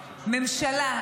ממשלה,